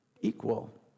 equal